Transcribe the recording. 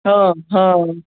हां हां